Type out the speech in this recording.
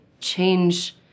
change